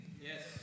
Yes